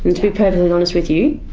and to be perfectly honest with you,